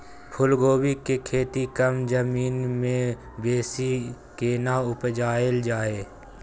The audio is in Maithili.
फूलकोबी के खेती कम जमीन मे बेसी केना उपजायल जाय?